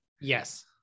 Yes